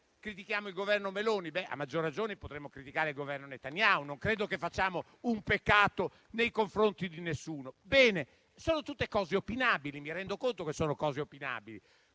critichiamo il Governo Meloni, a maggior ragione potremo criticare il Governo Netanyahu. Non credo che facciamo un peccato nei confronti di nessuno. Sono tutte tesi opinabili. Mi rendo conto che sono tesi opinabili.